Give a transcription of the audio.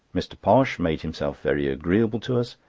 mr. posh made himself very agreeable to us,